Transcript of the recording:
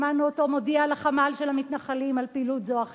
שמענו אותו מודיע לחמ"ל של המתנחלים על פעילות זו או אחרת,